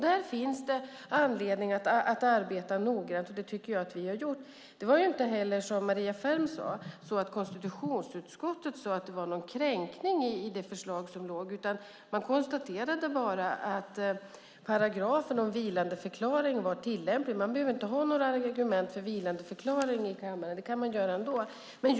Där finns det anledning att arbeta noggrant, och det tycker jag att vi har gjort. Det var inte heller så som Maria Ferm sade att konstitutionsutskottet menade att förslaget var kränkande, utan man konstaterade bara att paragrafen om vilandeförklaring var tillämplig. Man behöver inte har några argument för att besluta om vilandeförklaring.